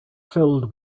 filled